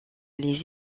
les